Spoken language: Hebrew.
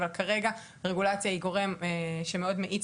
אבל כרגע רגולציה היא גורם שמאוד מאיץ